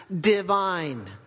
divine